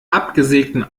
absägten